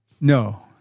No